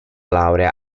laurea